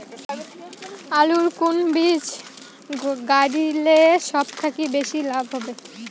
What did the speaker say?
আলুর কুন বীজ গারিলে সব থাকি বেশি লাভ হবে?